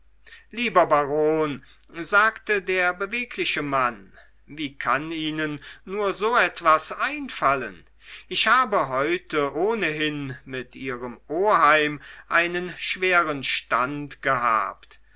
lieber baron sagte der bewegliche mann wie kann ihnen nur so etwas einfallen ich habe heute ohnehin mit ihrem oheim einen schweren stand gehabt